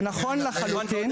זה נכון לחלוטין.